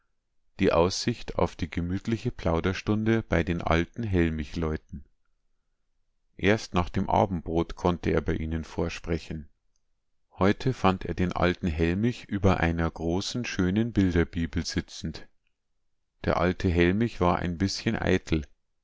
die aussicht auf die gemütliche plauderstunde bei den alten hellmichleuten erst nach dem abendbrot konnte er bei ihnen vorsprechen heute fand er den alten hellmich über einer großen schönen bilderbibel sitzend der alte hellmich war ein bißchen eitel